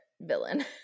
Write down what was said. villain